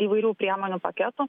įvairių priemonių paketo